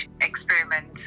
experiment